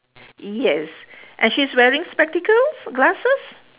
yes and she's wearing spectacles glasses